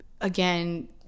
again